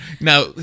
now